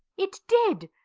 it did,